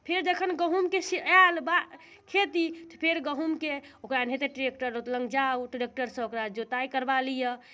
फेर जखन गहुमके सी आयल खेती तऽ फेर गहुमके ओकरा एनाहिते ट्रेक्टर लऽ जाउ ट्रेक्टरसँ ओकरा जोताइ करबा लिऽ